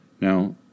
Now